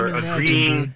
agreeing